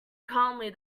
calmly